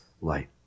light